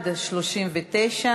כמה-כמה?